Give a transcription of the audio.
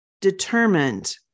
determined